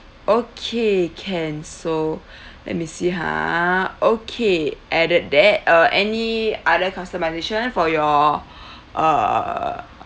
okay can so let me see ha okay added that uh any other customisation for your err